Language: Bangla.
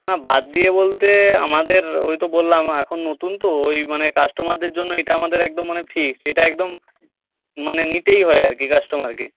না বাদ দিয়ে বলতে আমাদের ওই তো বললাম এখন নতুন তো ওই মানে কাস্টমারদের জন্য এটা আমাদের একদম মানে ফিক্সড এটা একদম মানে নিতেই হয় আর কি কাস্টমারকে